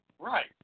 Right